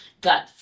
God